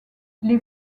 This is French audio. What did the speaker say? les